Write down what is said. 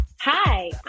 Hi